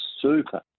super